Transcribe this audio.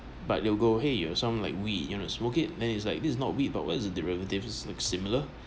but they'll go !hey! got some like weed you wanna smoke it then it's like this is not weed but what's the derivative similar